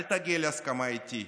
אל תגיע להסכמה איתי,